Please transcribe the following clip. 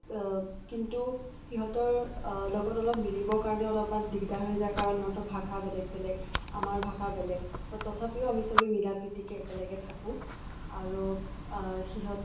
কিন্তু সিহঁতৰ লগত অলপ মিলিবৰ কাৰণে অলপমান দিগদাৰ হৈ যায় কাৰণ সিহঁতৰ ভাষা বেলেগ বেলেগ আমাৰ ভাষা বেলেগ তথাপিও আমি চবে মিলাপ্ৰীতিকৈ একেলগে থাকোঁ আৰু সিহঁত